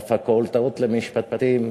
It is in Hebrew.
בפקולטות למשפטים,